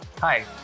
Hi